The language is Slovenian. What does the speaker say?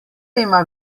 ima